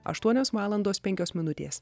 aštuonios valandos penkios minutės